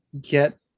get